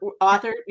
author